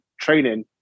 training